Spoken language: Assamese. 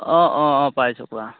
অঁ অঁ অঁ পাইছোঁ কোৱা